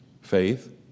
Faith